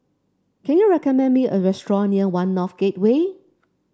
can you recommend me a restaurant near One North Gateway